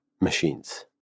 machines